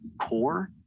core